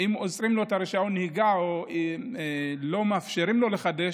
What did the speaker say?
את רישיון הנהיגה או לא מאפשרים להם לחדש,